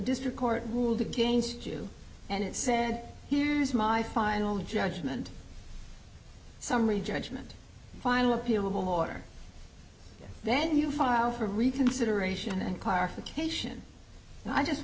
district court ruled against you and said here is my final judgment summary judgment final appealable order then you file for reconsideration and clarification i just